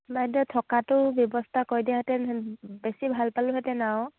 বাইদেউ থকাটো ব্যৱস্থা কৰি দিয়াহেঁতেন বেছি ভাল পালোঁহেঁতেন আৰু